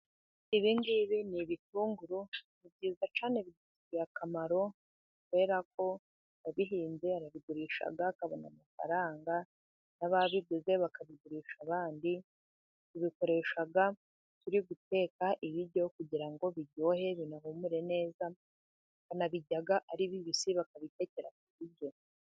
Ibi ngibi ni ibitunguru ni byiza cyane bidufitiye akamaro, kubera ko uwa bihinze arabigurisha, akabona amafaranga, n' ababiguze bakabigurisha abandi ubikoresha turi guteka ibiryo, kugira ngo biryohe binahumure neza, banabijya ari bibisi bakabikekera ku ibiryo.